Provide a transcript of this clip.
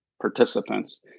participants